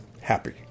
happy